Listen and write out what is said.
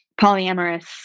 polyamorous